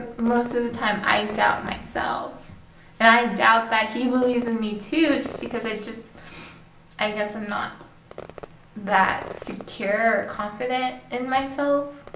most of the time i doubt myself and i doubt that he believes in me too. just because just i guess i'm not that secure or confident in myself